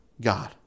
God